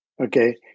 Okay